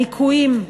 הניכויים.